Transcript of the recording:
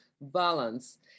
balance